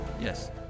Yes